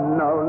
no